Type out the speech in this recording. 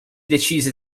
decise